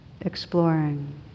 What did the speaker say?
exploring